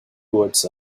towards